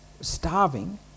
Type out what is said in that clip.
starving